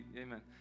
Amen